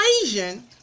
equation